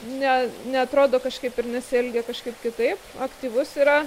ne neatrodo kažkaip ir nesielgia kažkaip kitaip aktyvus yra